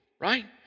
right